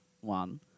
one